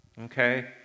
Okay